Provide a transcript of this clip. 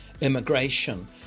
immigration